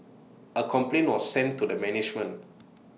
A complaint was sent to the management